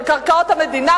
על קרקעות המדינה,